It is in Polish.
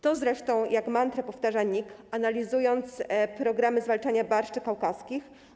To zresztą jak mantrę powtarza NIK, analizując programy zwalczania barszczy kaukaskich.